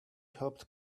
helped